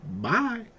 Bye